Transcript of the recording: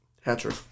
Hatcher